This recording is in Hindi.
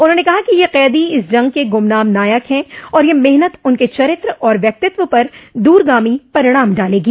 उन्होंने कहा कि ये कैदी इस जंग के गुमनाम नायक हैं और यह मेहनत उनके चरित्र और व्यक्तित्व पर दूरगामी परिणाम डालेगी